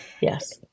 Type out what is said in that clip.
Yes